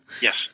Yes